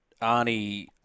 Arnie